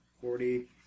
forty